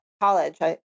college